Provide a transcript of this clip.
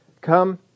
Come